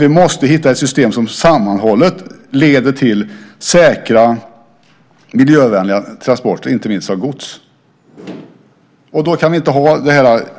Vi måste hitta ett system som sammanhållet leder till säkra, miljövänliga transporter, inte minst av gods. Då kan vi inte ha